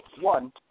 One